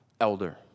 elder